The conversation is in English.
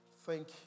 Thank